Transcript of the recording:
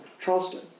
Charleston